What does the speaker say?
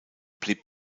blieb